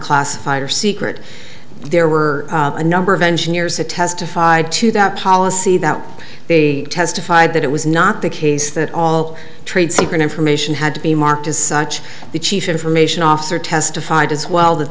classified or secret there were a number of engineers who testified to that policy that they testified that it was not the case that all trade secret information had to be marked as such the chief information officer testified as well that